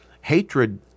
Hatred